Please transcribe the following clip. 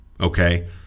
Okay